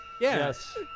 yes